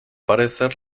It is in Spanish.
parecer